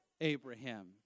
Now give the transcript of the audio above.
Abraham